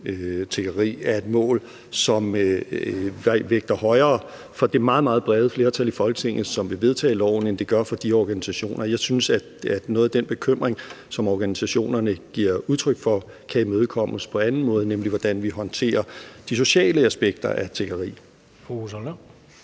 tiggeri, er et mål, som vægter højere for det meget, meget brede flertal i Folketinget, som vil vedtage loven, end det gør for de organisationer. Jeg synes, at noget af den bekymring, som organisationerne giver udtryk for, kan imødekommes på anden måde, nemlig ved, hvordan vi håndterer de sociale aspekter af tiggeri. Kl.